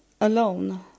alone